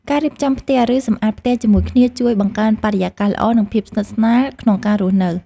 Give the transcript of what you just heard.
ការរៀបចំផ្ទះ ឬសម្អាតផ្ទះជាមួយគ្នាជួយបង្កើតបរិយាកាសល្អ និងភាពស្និទ្ធស្នាលក្នុងការរស់នៅ។